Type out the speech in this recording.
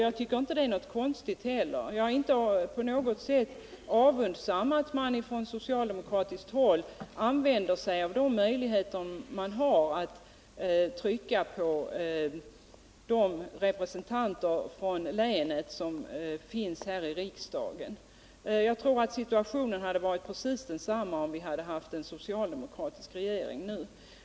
Jag tycker inte att detta är något konstigt, och jag missunnar inte de socialdemokratiska ledamöterna att använda sig av de möjligheter de har att försöka påverka de borgerliga representanterna från länet. Jag tror att vi hade gjort precis detsamma, om vi hade haft en socialdemokratisk regering.